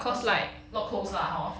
cause like not close lah hor